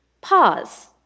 pause